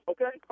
Okay